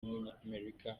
w’umunyamerika